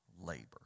labor